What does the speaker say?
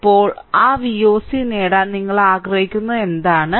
ഇപ്പോൾ ആ Voc നേടാൻ നിങ്ങൾ ആഗ്രഹിക്കുന്നതെന്താണ്